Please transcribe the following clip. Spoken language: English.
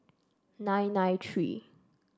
nine nine three